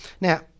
Now